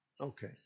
Okay